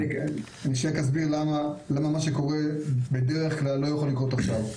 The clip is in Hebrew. אני רק אסביר למה מה שקורה בדרך כלל לא יכול לקרות עכשיו.